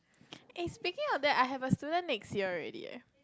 eh speaking of that I have a student next year already leh